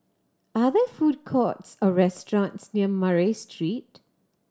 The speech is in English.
are there food courts or restaurants near Murray Street